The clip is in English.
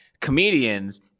comedians